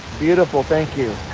beautiful thank you!